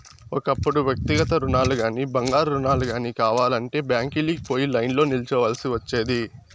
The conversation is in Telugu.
ఒకప్పుడు వ్యక్తిగత రుణాలుగానీ, బంగారు రుణాలు గానీ కావాలంటే బ్యాంకీలకి పోయి లైన్లో నిల్చోవల్సి ఒచ్చేది